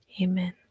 Amen